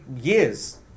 years